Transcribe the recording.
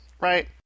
right